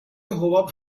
حباب